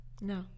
No